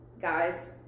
guys